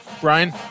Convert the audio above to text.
Brian